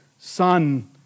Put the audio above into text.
son